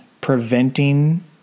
preventing